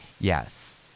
Yes